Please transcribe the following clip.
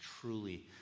truly